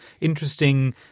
interesting